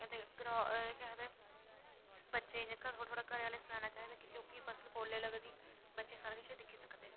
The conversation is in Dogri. अदे ग्रां केह् आखदे बच्चें ई जेह्का थोह्ड़ा थोह्ड़ा घरैआह्ले सखाना चाहिदा कि ओह्की फसल कोह्लै लगदी बच्चे सारा किश दिक्खी सकदे न